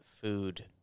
food